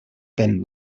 been